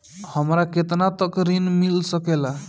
हमरा केतना तक ऋण मिल सके ला?